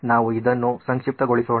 ನಾವು ಇದನ್ನು ಸಂಕ್ಷಿಪ್ತಗೊಳಿಸೋಣ